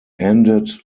ended